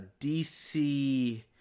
DC